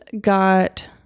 got